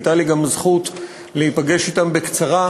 הייתה לי גם זכות להיפגש אתם בקצרה,